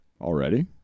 Already